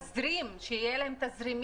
להזרים, כדי שיהיה להם תזרימים,